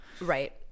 Right